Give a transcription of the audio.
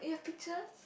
pictures